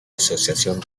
asociación